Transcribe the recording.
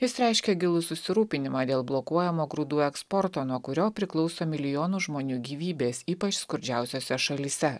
jis reiškė gilų susirūpinimą dėl blokuojamo grūdų eksporto nuo kurio priklauso milijonų žmonių gyvybės ypač skurdžiausiose šalyse